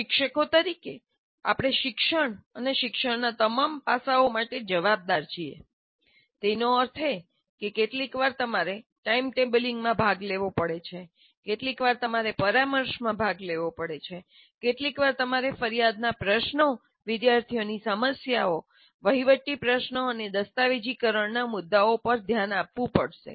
શિક્ષકો તરીકે આપણે શિક્ષણ અને શિક્ષણના તમામ પાસાઓ માટે જવાબદાર છીએ તેનો અર્થ એ કે કેટલીકવાર તમારે ટાઇમટેબલિંગમાં ભાગ લેવો પડે છે કેટલીકવાર તમારે પરામર્શમાં ભાગ લેવો પડે છે કેટલીકવાર તમારે ફરિયાદના પ્રશ્નો વિદ્યાર્થીઓની સમસ્યાઓ વહીવટી પ્રશ્નો અને દસ્તાવેજીકરણના મુદ્દાઓ પર ધ્યાન આપવું પડશે